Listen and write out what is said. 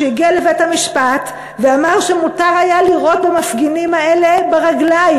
שהגיע לבית-המשפט ואמר שמותר היה לירות במפגינים האלה ברגליים,